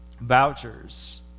vouchers